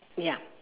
ya